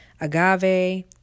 agave